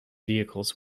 vehicles